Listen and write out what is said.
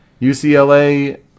UCLA